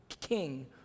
king